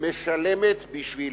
משלמת בשביל